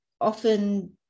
often